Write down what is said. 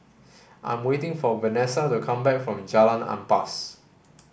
I am waiting for Vanesa to come back from Jalan Ampas